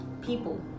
People